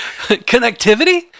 Connectivity